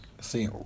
See